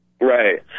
Right